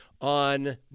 on